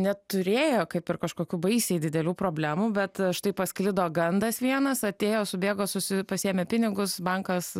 neturėjo kaip ir kažkokių baisiai didelių problemų bet štai pasklido gandas vienas atėjo subėgo susi pasiėmė pinigus bankas